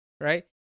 right